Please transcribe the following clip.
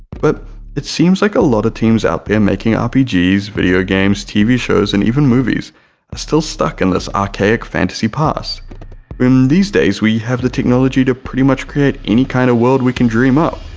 but it seems like a lot of teams out there making rpgs, video games, tv shows and even movies are still stuck in this archaic fantasy past when these days we have the technology to pretty much create any kind of world we can dream up,